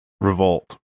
revolt